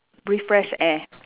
breathe fresh air